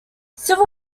civil